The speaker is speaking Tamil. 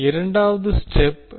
இரண்டாவது ஸ்டெப் டி